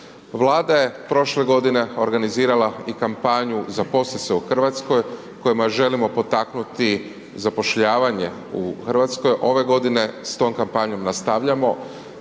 Vlada je prošle godine organizirala i kampanju „Zaposli se u Hrvatskoj“ kojima želimo potaknuti zapošljavanje u Hrvatskoj ove godine s tom kampanjom nastavljamo.